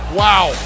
wow